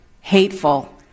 hateful